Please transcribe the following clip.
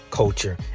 culture